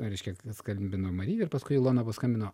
reiškia kad skambino marija ir paskui ilona paskambino